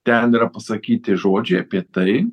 ten yra pasakyti žodžiai apie tai